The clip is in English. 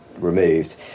removed